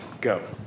go